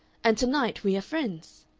and to-night we are friends?